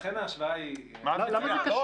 לכן ההשוואה היא --- לא,